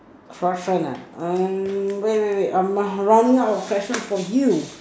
crush one ah wait wait wait I'm running out of questions for you